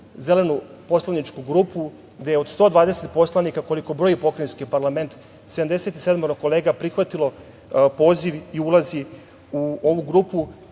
Zelenu poslaničku grupu gde od 120 poslanika, koliko broji pokrajinski parlament, 77 kolega je prihvatilo poziv i ulazi u ovu grupu.